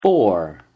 Four